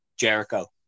Jericho